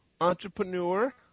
Entrepreneur